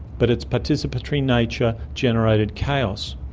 but its participatory nature generated chaos.